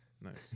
Nice